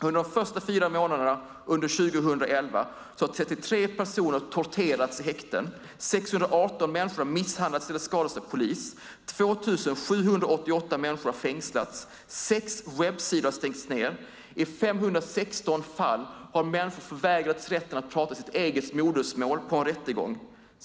Under de första fyra månaderna under 2011 har 33 personer torterats i häkten, 618 människor har misshandlats eller skadats av polis, 2 788 människor har fängslats och sex webbsidor har stängts ned. I 516 fall har människor förvägrats rätten att tala sitt eget modersmål i en rättegång.